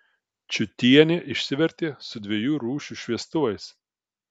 čiutienė išsivertė su dviejų rūšių šviestuvais